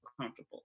comfortable